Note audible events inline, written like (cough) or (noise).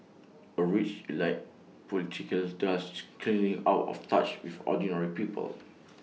A rich elite political (unintelligible) increasingly out of touch with ordinary people